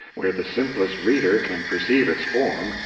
where the simplest reader can perceive its form,